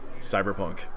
Cyberpunk